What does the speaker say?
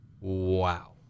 Wow